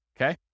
okay